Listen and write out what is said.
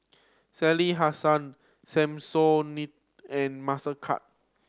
Sally Hansen Samsonite and Mastercard